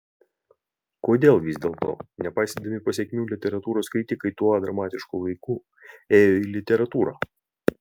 kodėl vis dėlto nepaisydami pasekmių literatūros kritikai tuo dramatišku laiku ėjo į literatūrą